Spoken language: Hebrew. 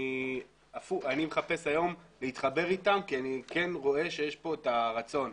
אני מחפש היום להתחבר אתם כי אני כן רואה שיש כאן את הרצון.